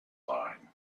line